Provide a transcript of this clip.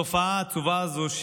התופעה העצובה הזו,